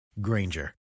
Granger